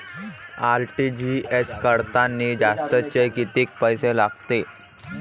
RTGS करतांनी जास्तचे कितीक पैसे लागते?